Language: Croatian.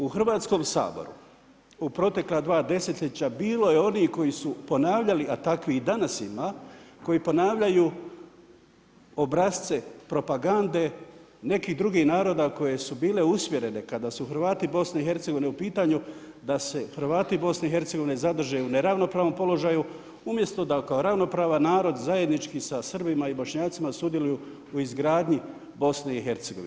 U Hrvatskom saboru u protekla dva desetljeća bilo je onih koji su ponavljali, a takvih i danas ima, koji ponavljaju obrasce propagande nekih drugih naroda koje su bile usmjerene kada su Hrvati Bosne i Hercegovine u pitanju da se Hrvati Bosne i Hercegovine ne zadrže u neravnopravnom položaju, umjesto da kao ravnopravan narod zajednički sa Srbima i Bošnjacima sudjeluju u izgradnji Bosne i Hercegovine.